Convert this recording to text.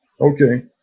Okay